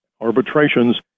arbitrations